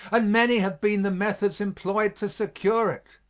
and many have been the methods employed to secure it.